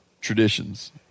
traditions